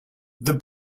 the